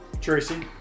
Tracy